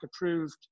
approved